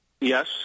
Yes